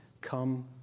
Come